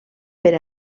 per